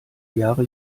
jahre